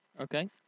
Okay